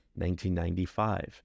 1995